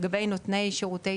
לגבי נותני שירותי